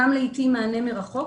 גם לעיתים מענה מרחוק.